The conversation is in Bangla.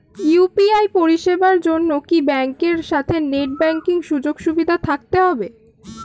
ইউ.পি.আই পরিষেবার জন্য কি ব্যাংকের সাথে নেট ব্যাঙ্কিং সুযোগ সুবিধা থাকতে হবে?